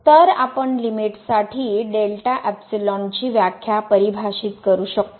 तर आपण लिमिट साठी डेल्टा एपसिलॉन ची व्याख्या परिभाषित करू शकतो